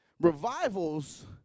Revivals